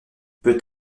peut